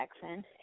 Jackson